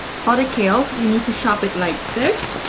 for the kales, you need to chop it like this